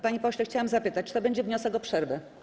Panie pośle, chciałam zapytać, czy to będzie wniosek o przerwę.